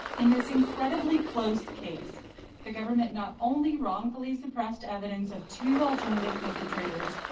in this incredibly close case the government not only wrongfully suppressed evidence of two alternative perpetrators,